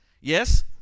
Yes